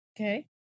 Okay